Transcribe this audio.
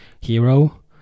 hero